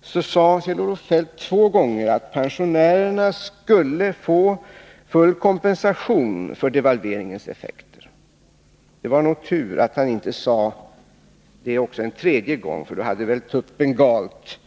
sade Kjell-Olof Feldt två gånger att pensionärerna skulle få full kompensation för devalveringens effekter. Det var nog tur att han inte sade det en tredje gång, för då hade väl tuppen galt.